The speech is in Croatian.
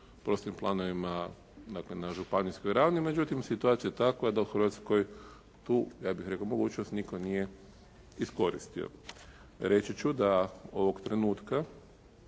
prostornim planovima dakle na županijskoj ravni. Međutim situacija je takva da u Hrvatskoj tu, ja bih rekao mogućnost, nitko nije iskoristio. Reći ću da ovog trenutka